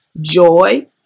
joy